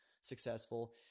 successful